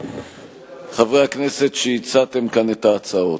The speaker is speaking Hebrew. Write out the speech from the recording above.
חברי הכנסת שהצעתם כאן את ההצעות: